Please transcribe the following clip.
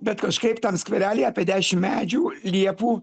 bet kažkaip tam skverelyje apie dešim medžių liepų